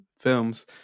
films